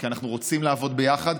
כי אנחנו רוצים לעבוד ביחד,